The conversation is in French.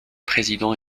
président